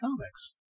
comics